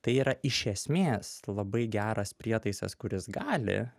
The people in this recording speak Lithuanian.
tai yra iš esmės labai geras prietaisas kuris gali